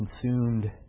consumed